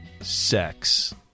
sex